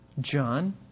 John